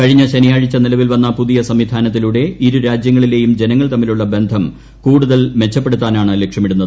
കഴിഞ്ഞ ശനിയാഴ്ച നിലവിൽ വന്ന പുതിയ സംവിധാനത്തിലൂടെ ഇരു രാജ്യങ്ങളിലേയും ജനങ്ങൾ തമ്മിലുള്ള ബന്ധം കൂടുതൽ മെച്ചപ്പെടുത്താനാണ് ലക്ഷ്യമിടുന്നത്